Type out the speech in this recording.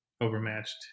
overmatched